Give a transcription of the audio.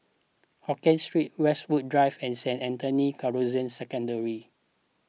Hokien Street Westwood Drive and Saint Anthony's Canossian Secondary